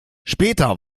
später